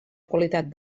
qualitat